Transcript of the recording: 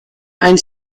ein